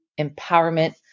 empowerment